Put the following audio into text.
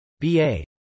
BA